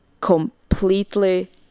completely